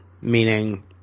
meaning